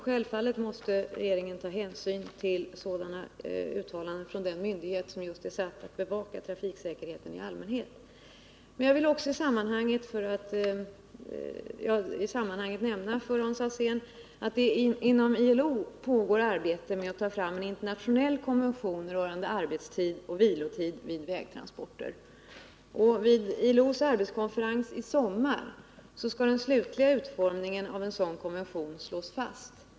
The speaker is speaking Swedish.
Självfallet måste regeringen ta hänsyn till sådana uttalanden från den myndighet som just är satt att bevaka trafiksäkerheten i allmänhet. Men jag vill också i sammanhanget nämna för Hans Alsén att det inom ILO pågår arbete med att ta fram en internationell konvention rörande arbetstid och vilotid vid vägtransporter. Vid ILO:s arbetskonferens i sommar skall den slutliga utformningen av en sådan konvention slås fast.